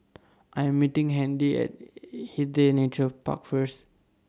I Am meeting Handy At Hindhede Nature Park First